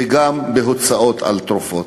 וגם בהוצאות על תרופות.